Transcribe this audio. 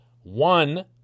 One